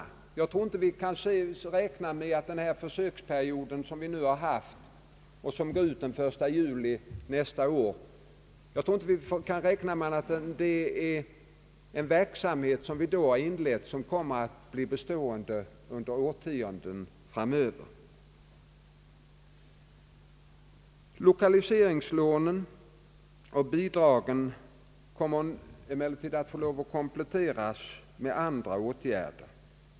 Vi kan nog inte räkna med annat än att den försöksperiod som har pågått och löper ut den 1 juli 1970 är en verksamhet som kommer att bli bestående under årtionden framöver. Lokaliseringslånen och bidragen kommer emellertid att få kompletteras med andra åtgärder.